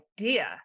idea